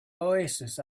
oasis